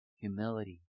humility